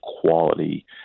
quality